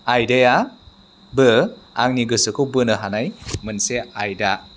आयदायाबो आंनि गोसोखौ बोनो हानाय मोनसे आयदा